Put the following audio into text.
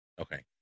Okay